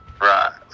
Right